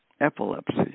epilepsy